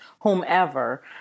whomever